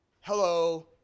hello